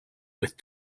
with